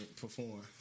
perform